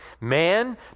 Man